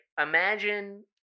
Imagine